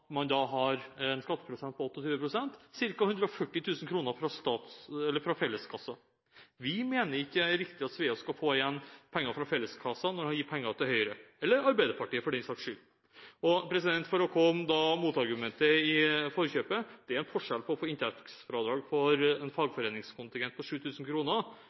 man da har en skatteprosent på 28 pst., ca. 140 000 kr fra felleskassa. Vi mener det ikke er riktig at Sveaas skal få igjen penger fra felleskassa når han gir penger til Høyre – eller til Arbeiderpartiet for den saks skyld. Og for å komme motargumentet i forkjøpet: Det er en forskjell på å få inntektsfradrag for en fagforeningskontingent på